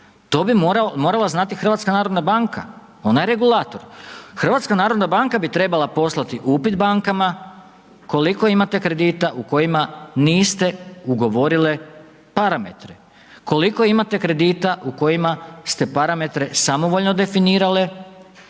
To bi morala znati HNB, ona je regulator. HNB bi trebala poslati upit bankama, koliko imate kredita u kojima niste ugovorile parametre. Koliko imate kredita u kojima ste parametre samovoljno definirale